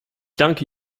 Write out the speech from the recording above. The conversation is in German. danke